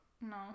No